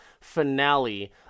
finale